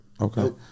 Okay